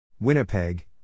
Winnipeg